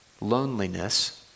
loneliness